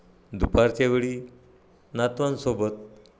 दुपारच्या वेळी नातवांसोबत